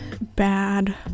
bad